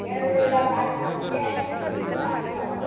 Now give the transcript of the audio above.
मेल्ला गारि लांगोन दे गारियाव